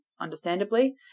understandably